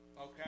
Okay